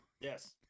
Yes